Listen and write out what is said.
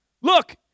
Look